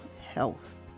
health